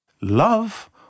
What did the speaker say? Love